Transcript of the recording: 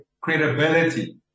credibility